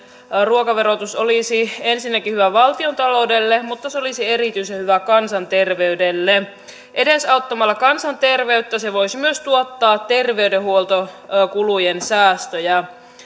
ruokaverotus olisi ensinnäkin hyvä valtiontaloudelle mutta se olisi erityisen hyvä kansanterveydelle edesauttamalla kansanterveyttä se voisi myös tuottaa terveydenhuoltokulujen säästöjä